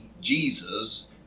Jesus